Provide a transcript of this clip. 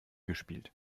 gespielt